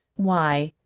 why,